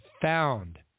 found